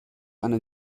eine